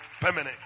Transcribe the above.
Permanent